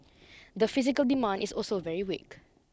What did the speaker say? the physical demand is also very weak